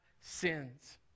sins